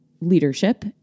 leadership